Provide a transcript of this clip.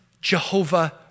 Jehovah